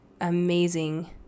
amazing